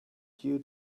due